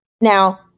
Now